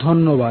ধন্যবাদ